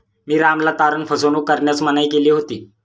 मी रामला तारण फसवणूक करण्यास मनाई केली होती